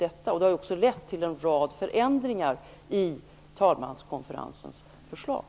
Det har också lett till en rad förändringar i talmanskonferensens förslag.